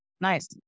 nice